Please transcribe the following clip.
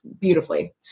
beautifully